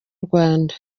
rwanda